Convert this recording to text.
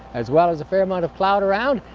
as well as a fair amount of cloud around,